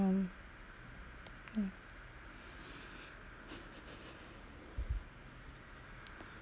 mm